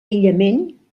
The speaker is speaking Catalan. aïllament